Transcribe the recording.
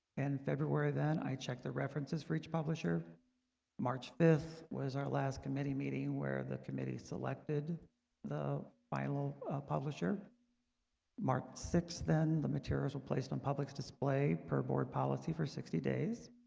and february then i checked the references for each publisher march fifth was our last committee meeting where the committee selected the final publisher march sixth then the materials were placed on public display per board policy for sixty days